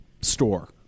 store